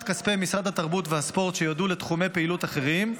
כספי משרד התרבות והספורט שיועדו לתחומי פעילות אחרים,